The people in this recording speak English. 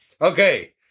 Okay